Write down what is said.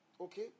Okay